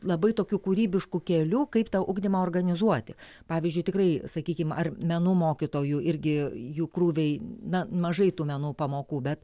labai tokių kūrybiškų kelių kaip tą ugdymą organizuoti pavyzdžiui tikrai sakykim ar menų mokytojų irgi jų krūviai na mažai tų menų pamokų bet